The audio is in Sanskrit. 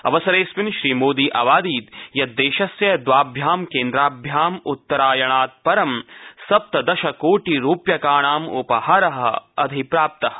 अवसरेऽस्मिन् श्रीमोदी अवादीत् यत् देशस्य द्वाभ्यां केन्द्राभ्याम् उत्तरायणात् परं सप्तदशकोटिरूप्यकाणाम् उपहारः प्राप्तः